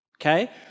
Okay